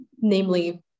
namely